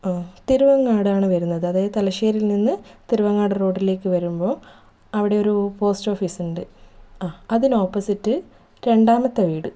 ആ തിരുവങ്ങാട് ആണ് വരുന്നത് അതായത് തലശ്ശേരിയിൽ നിന്ന് തിരുവങ്ങാട് റോഡിലേക്ക് വരുമ്പോൾ അവിടെ ഒരു പോസ്റ്റ് ഓഫീസ് ഉണ്ട് ആ അതിന് ഓപ്പോസിറ്റ് രണ്ടാമത്തെ വീട്